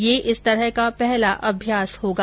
यह इस तरह का पहला अभ्यास होगा